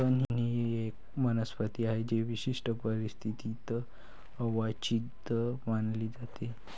तण ही एक वनस्पती आहे जी विशिष्ट परिस्थितीत अवांछित मानली जाते